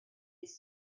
les